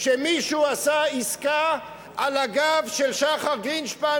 שמישהו עשה עסקה על הגב של שחר גרינשפן,